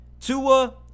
Tua